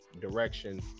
direction